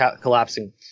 collapsing